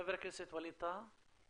חבר הכנסת ווליד טאהא.